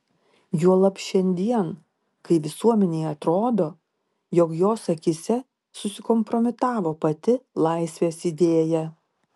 juolab šiandien kai visuomenei atrodo jog jos akyse susikompromitavo pati laisvės idėja